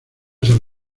san